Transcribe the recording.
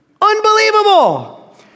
Unbelievable